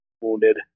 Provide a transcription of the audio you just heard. wounded